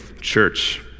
church